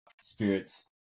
spirits